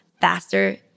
faster